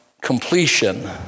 completion